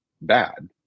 bad